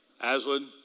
Aslan